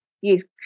use